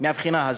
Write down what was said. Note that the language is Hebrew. מהבחינה הזאת,